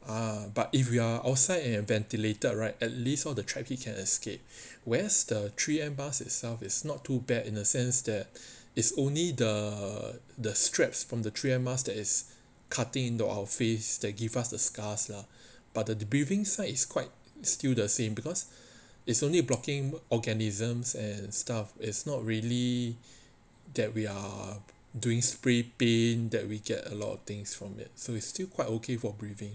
ah but if you are outside and ventilated right at least all of the trapped heat can escape whereas the three M mask itself is not too bad in a sense that is only the the straps from the three M masks that is cutting into our face that give us the scars lah but the breathing side is quite still the same because it's only blocking organisms and stuff is not really that we are doing spray paint that we get a lot of things from it so it's still quite okay for breathing